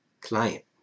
client